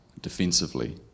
defensively